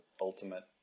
Ultimate